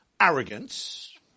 Arrogance